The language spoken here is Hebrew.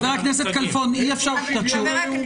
חבר הכנסת כלפון, לא